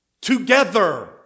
Together